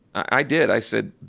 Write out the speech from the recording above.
i did, i said,